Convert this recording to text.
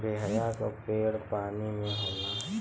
बेहया क पेड़ पानी में होला